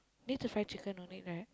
need the fried chicken don't need right